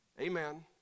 Amen